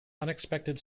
unexpected